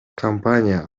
компания